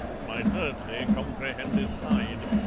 my thirdly comprehendeth hyde,